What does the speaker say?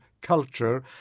culture